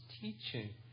teaching